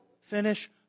finish